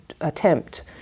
attempt